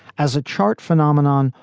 as a chart phenomenon.